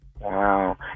Wow